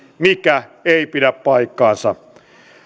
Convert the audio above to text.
mikä ei pidä paikkaansa